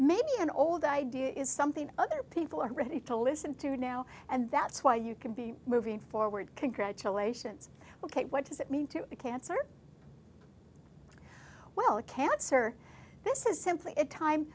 maybe an old idea is something other people are ready to listen to now and that's why you can be moving forward congratulations ok what does it mean to be cancer well cancer this is simply a time